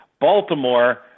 Baltimore